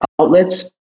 outlets